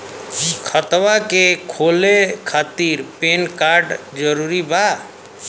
खतवा के खोले खातिर पेन कार्ड जरूरी बा?